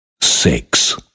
Six